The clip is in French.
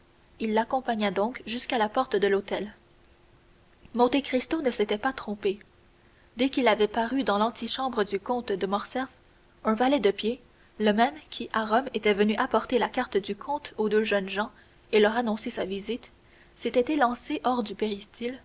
il l'accompagna donc jusqu'à la porte de l'hôtel monte cristo ne s'était pas trompé dès qu'il avait paru dans l'antichambre du comte de morcerf un valet de pied le même qui à rome était venu apporter la carte du comte aux deux jeunes gens et leur annoncer sa visite s'était élancé hors du